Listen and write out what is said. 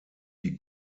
die